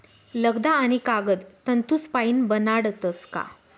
लगदा आणि कागद तंतूसपाईन बनाडतस का